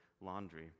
laundry